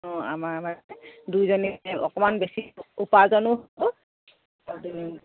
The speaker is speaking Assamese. অঁ আমাৰ মানে দুয়োজনীৰে অকমান বেছি উপাৰ্জনো হ'ব